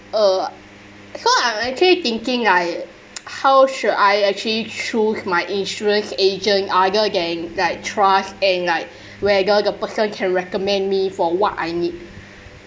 uh so I I actually thinking like how should I actually choose my insurance agent other than like trust and like whether the person can recommend me for what I need